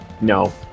No